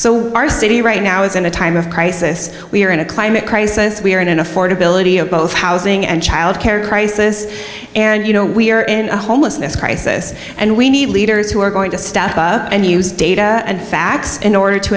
so our city right now is in a time of crisis we're in a climate crisis we're in an affordability of both housing and child care crisis and you know we're in a homelessness crisis and we need leaders who are going to step up and use data and facts in order to